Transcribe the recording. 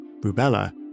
Rubella